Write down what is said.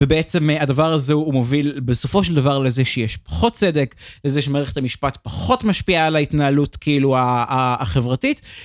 ובעצם הדבר הזה הוא מוביל בסופו של דבר לזה שיש פחות צדק לזה שמערכת המשפט פחות משפיעה על ההתנהלות, כאילו, החברתית.